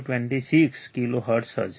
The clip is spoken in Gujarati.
026 કિલોહર્ટ્ઝ હશે